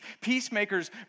Peacemakers